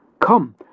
Come